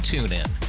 TuneIn